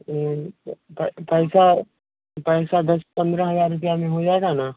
प पैसा पैसा दस पंद्रह हज़ार रुपये में हो जाएगा ना